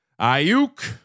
Ayuk